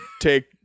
take